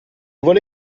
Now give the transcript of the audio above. vuole